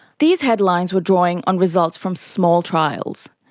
these headlines were drawing on results from small trials,